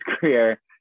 career